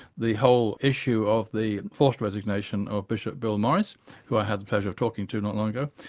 the whole issue of the enforced resignation of bishop bill morris who i had the pleasure of talking to not long ago.